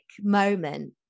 moment